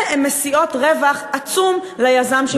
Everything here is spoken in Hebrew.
והן משיאות רווח עצום ליזם.